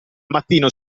mattino